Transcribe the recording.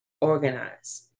organize